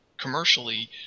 commercially